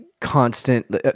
constant